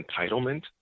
entitlement